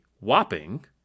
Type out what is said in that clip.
whopping